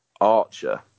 Archer